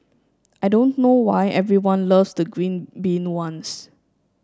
I don't know why everyone loves the green bean ones